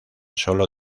sólo